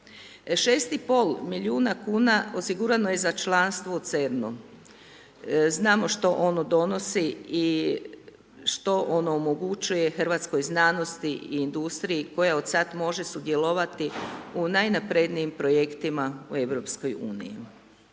sustava. 6,5 milijuna kuna osigurano je za članstvo u CERN-u, znamo što ono donosi i što ono omogućuje hrvatskoj znanosti i industriji koja od sad može sudjelovati u najnaprednijim projektima u